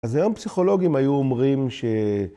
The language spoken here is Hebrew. ‫אז היום פסיכולוגים היו אומרים ‫ש...